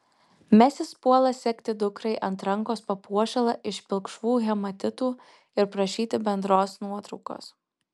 mesis puola segti dukrai ant rankos papuošalą iš pilkšvų hematitų ir prašyti bendros nuotraukos